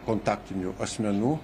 kontaktinių asmenų